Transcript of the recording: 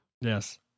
Yes